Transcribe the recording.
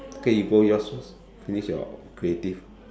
okay you go yours first finish your creative